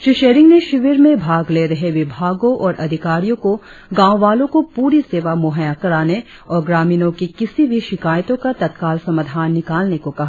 श्री सेरिंग ने शिविर में भाग ले रहे विभागों और अधिकारियों को गांव वालों को पूरी सेवा मूहैय्या कराने और ग्रामीणों की किसी भी शिकायतों का तत्काल समाधान निकालने को कहा